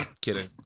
kidding